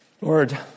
lord